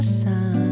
sun